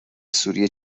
سوری